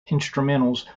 instrumentals